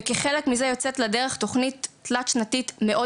וכחלק מזה יוצאת לדרך תכנית תלת-שנתית מאוד